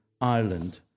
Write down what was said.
Ireland